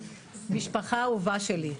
משפחה אהובה שלי,